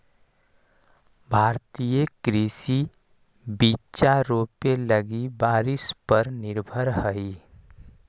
भारतीय कृषि बिचा रोपे लगी बारिश पर निर्भर हई